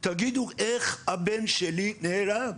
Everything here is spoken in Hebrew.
לפחות תגידו איך הבן שלי נהרג,